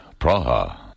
Praha